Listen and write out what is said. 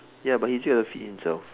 ya but he still has to feed himself